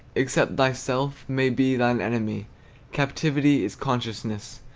except thyself may be thine enemy captivity is consciousness,